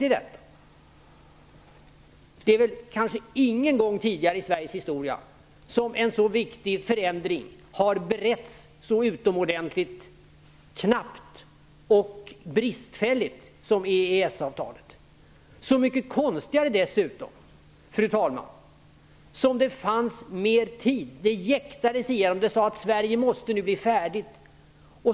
Inte någon gång tidigare i Sveriges historia har väl en så viktig förändring beretts så utomordentligt knappt och bristfälligt som just EES Så mycket konstigare blir detta när det faktiskt fanns mera tid. Men detta jäktades igenom. Det sades: Sverige måste nu bli färdig.